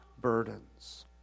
burdens